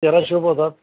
तेराशे होतात